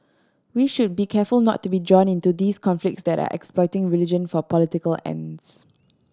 we should be careful not to be drawn into these conflicts that are exploiting religion for political ends